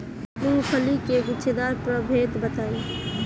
मूँगफली के गूछेदार प्रभेद बताई?